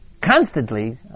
constantly